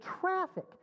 traffic